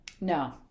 No